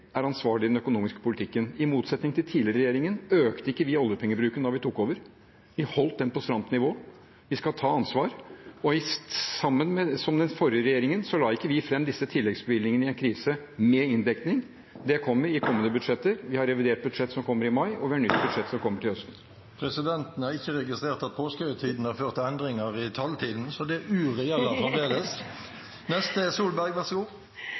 er ansvarlig i den økonomiske politikken. I motsetning til den forrige regjeringen økte ikke vi oljepengebruken da vi tok over, vi holdt den på stramt nivå. Vi skal ta ansvar. Som den forrige regjeringen la ikke vi fram disse tilleggsbevilgningene med inndekning i en krise. Det kommer i kommende budsjetter. Vi har revidert budsjett, som kommer i mai, og vi har nytt budsjett som kommer til høsten. Presidenten har ikke registrert at påskehøytiden har ført til endringer i taletiden, så det uret gjelder fremdeles! Beklager det, president. Jeg vil bare understreke at jeg er